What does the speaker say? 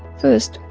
first,